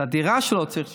את הדירה שלו צריך לשפץ,